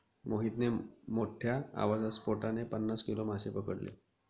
मोहितने मोठ्ठ्या आवाजाच्या स्फोटाने पन्नास किलो मासे पकडले